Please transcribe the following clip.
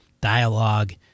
dialogue